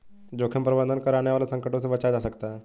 जोखिम प्रबंधन कर आने वाले संकटों से बचा जा सकता है